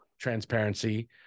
transparency